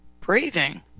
breathing